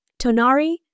Tonari